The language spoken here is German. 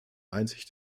einzig